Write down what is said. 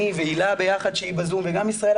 אני והילה ביחד שהיא בזום וגם ישראלה,